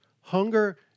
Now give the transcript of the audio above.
Hunger